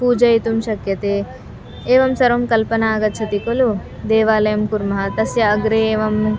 पूजयितुं शक्यते एवं सर्वं कल्पना आगच्छति खलु देवालयं कुर्मः तस्य अग्रे एवं